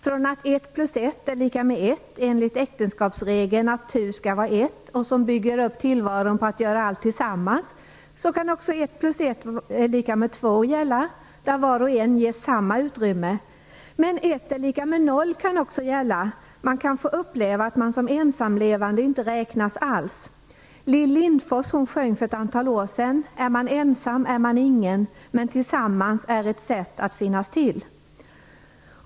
Från att 1+1=1 enligt äktenskapsregeln att "tu skall vara ett" och som bygger upp tillvaron på att man gör allt tillsammans kan också 1+1=2 gälla, där var och en ges lika stort utrymme. Men 1=0 kan också gälla. Man kan få uppleva att man som ensamlevande inte alls räknas. Lill Lindfors sjöng för ett antal år sedan "är man ensam är man ingen, men tillsammans är ett sätt att finnas till".